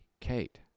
Kate